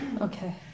Okay